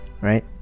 Right